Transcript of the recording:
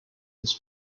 his